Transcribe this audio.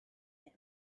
him